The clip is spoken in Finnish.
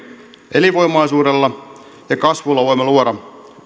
elinvoimaisuudella ja kasvulla voimme luoda